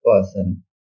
person